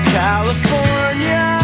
california